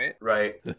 Right